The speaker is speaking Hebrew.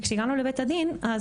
וכשהגענו לבית הדין הם